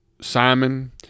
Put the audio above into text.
Simon